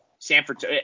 Sanford